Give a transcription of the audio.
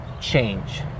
change